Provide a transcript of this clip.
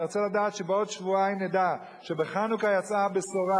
אני רוצה לדעת שבעוד שבועיים נדע שבחנוכה יצאה הבשורה,